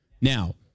Now